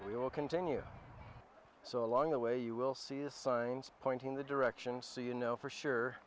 will continue so along the way you will see the signs pointing the direction so you know for sure